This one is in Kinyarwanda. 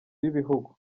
b’ibihugu